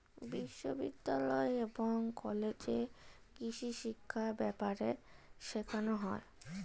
বিশ্ববিদ্যালয় এবং কলেজে কৃষিশিক্ষা ব্যাপারে শেখানো হয়